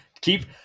Keep